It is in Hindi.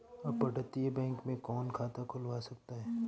अपतटीय बैंक में कौन खाता खुलवा सकता है?